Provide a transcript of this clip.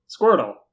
Squirtle